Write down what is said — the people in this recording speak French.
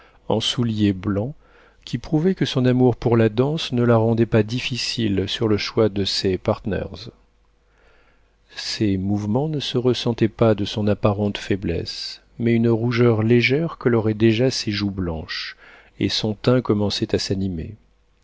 en souliers blancs qui prouvait que son amour pour la danse ne la rendait pas difficile sur le choix de ses partners ses mouvements ne se ressentaient pas de son apparente faiblesse mais une rougeur légère colorait déjà ses joues blanches et son teint commençait à s'animer